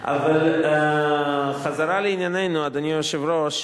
חזרה לענייננו, אדוני היושב-ראש.